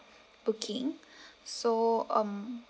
booking so um